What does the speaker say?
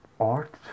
Art